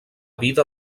vida